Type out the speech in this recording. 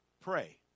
pray